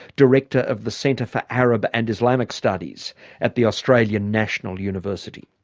director of the centre for arab and islamic studies at the australian national university.